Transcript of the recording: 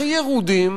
הכי ירודים,